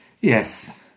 Yes